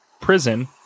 prison